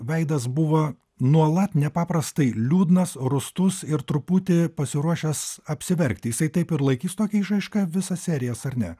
veidas buvo nuolat nepaprastai liūdnas rūstus ir truputį pasiruošęs apsiverkti jisai taip ir laikys tokią išraišką visas serijas ar ne